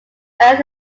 earth